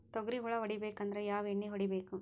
ತೊಗ್ರಿ ಹುಳ ಹೊಡಿಬೇಕಂದ್ರ ಯಾವ್ ಎಣ್ಣಿ ಹೊಡಿಬೇಕು?